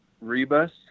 Rebus